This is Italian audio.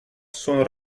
sono